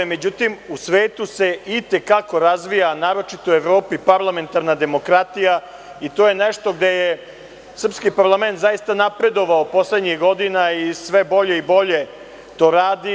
Međutim, u svetu se i te kako razvija naročito u Evropi parlamentarna demokratija i to je nešto gde je srpski parlament zaista napredovao poslednjih godina i sve bolje i bolje to radi.